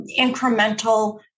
incremental